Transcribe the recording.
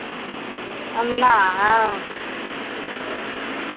अमला हँ